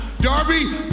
Darby